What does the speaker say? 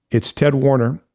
it's ted warner,